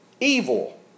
evil